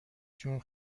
جون